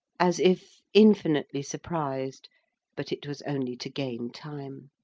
as if infinitely surprised but it was only to gain time.